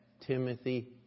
Timothy